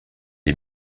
est